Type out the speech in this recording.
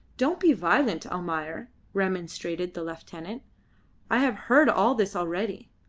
don't be violent, almayer, remonstrated the lieutenant i have heard all this already.